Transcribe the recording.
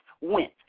went